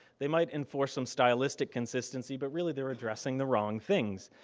they might enforce some stylistic consistency, but really they're addressing the wrong things,